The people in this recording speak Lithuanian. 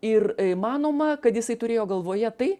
ir manoma kad jisai turėjo galvoje tai